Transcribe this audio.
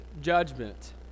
judgment